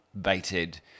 baited